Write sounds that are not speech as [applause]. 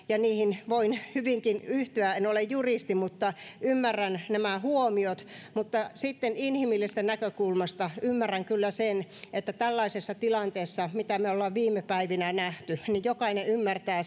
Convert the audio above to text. [unintelligible] ja niihin voin hyvinkin yhtyä en ole juristi mutta ymmärrän nämä huomiot mutta sitten inhimillisestä näkökulmasta ymmärrän kyllä sen että tällaisessa tilanteessa mitä me olemme viime päivinä nähneet jokainen ymmärtää [unintelligible]